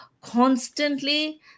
constantly